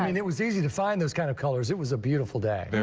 and it was easy to find those kind of colors, it was a beautiful day.